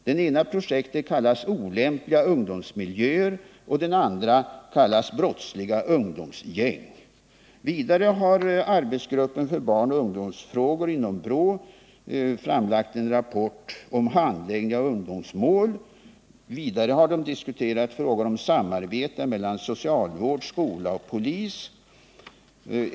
Det ena projektet kallas Olämpliga ungdomsmiljöer och det andra Brottsliga ungdomsgäng. Vidare har arbetsgruppen för barnoch ungdomsfrågor inom BRÅ framlagt en rapport om handläggning av ungdomsfrågor. Den har diskuterat frågan om samarbete mellan socialvård, skola och polis.